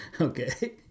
Okay